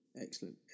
Excellent